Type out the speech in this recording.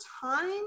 time